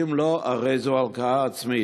כי אם לא, הרי זאת הלקאה עצמית,